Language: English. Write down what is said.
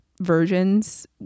versions